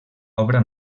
obra